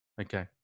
Okay